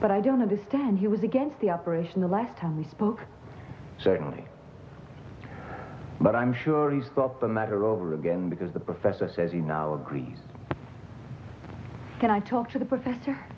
but i don't understand he was against the operation the last time we spoke certainly but i'm sure he's thought the matter over again because the professor says he now agrees can i talk to the professor